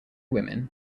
women